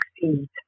succeed